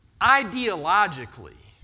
Ideologically